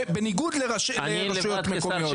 בניגוד לרשויות מקומיות.